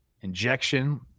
injection